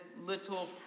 little